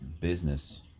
business